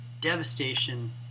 devastation